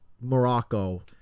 Morocco